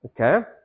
Okay